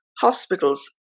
hospitals